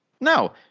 No